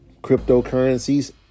cryptocurrencies